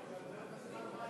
הכנסת יוסף